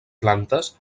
plantes